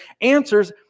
answers